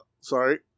Sorry